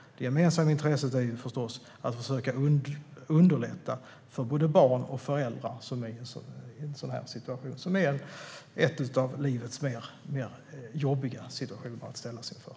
Det gemensamma intresset är förstås att försöka underlätta för både barn och föräldrar som är i en sådan här situation, som är en av livets mer jobbiga situationer att ställas inför.